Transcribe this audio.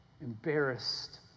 embarrassed